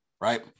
right